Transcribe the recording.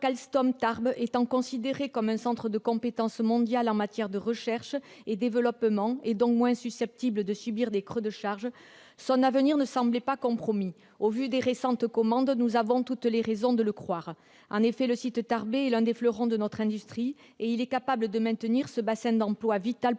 d'Alstom à Tarbes étant considéré comme un centre de compétence mondial en matière de recherche et développement, et donc comme moins susceptible de subir des creux de charge, son avenir ne semble pas compromis. Au vu des récentes commandes, nous avons toutes les raisons de le croire. En effet, le site tarbais est l'un des fleurons de notre industrie, et il est capital de maintenir ce bassin d'emplois vital pour notre